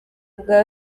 bwa